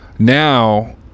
Now